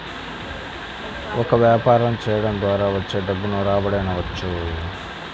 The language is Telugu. ఒక వ్యాపారం చేయడం ద్వారా వచ్చే డబ్బును రాబడి అనవచ్చు